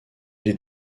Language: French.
les